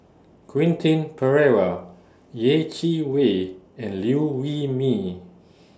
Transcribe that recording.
Quentin Pereira Yeh Chi Wei and Liew Wee Mee